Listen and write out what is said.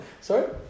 Sorry